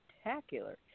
spectacular